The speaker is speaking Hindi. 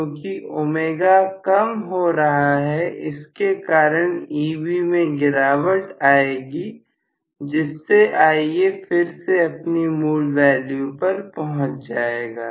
क्योंकि ω कम हो गया है इसके कारण Eb में गिरावट आएगी जिससे Ia फिर से अपनी मूल वैल्यू पर पहुंच जाएगा